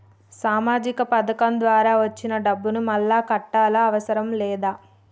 సామాజిక పథకం ద్వారా వచ్చిన డబ్బును మళ్ళా కట్టాలా అవసరం లేదా?